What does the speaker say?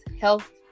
health